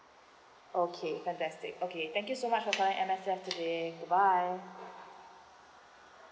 okay fantastic okay thank you so much for calling M_S_F today good bye